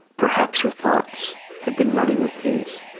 perhaps her thoughts had been running with his.